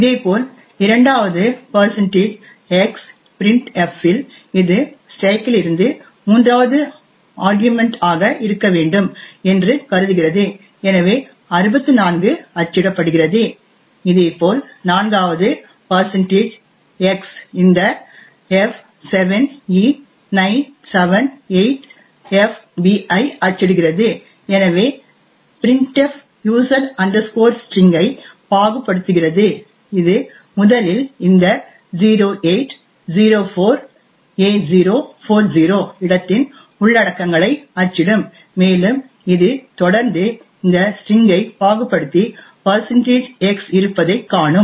இதேபோல் இரண்டாவது x printf இல் இது ஸ்டேக்கிலிருந்து மூன்றாவது ஆர்கியுமென்ட் ஆக இருக்க வேண்டும் என்று கருதுகிறது எனவே 64 அச்சிடப்படுகிறது இதேபோல் நான்காவது x இந்த f7e978fb ஐ அச்சிடுகிறது ஏனெனில் printf user string user string ஐ பாகுபடுத்துகிறது இது முதலில் இந்த 0804a040 இடத்தின் உள்ளடக்கங்களை அச்சிடும் மேலும் இது தொடர்ந்து இந்த ஸ்டிரிங் ஐ பாகுபடுத்தி x இருப்பதைக் காணும்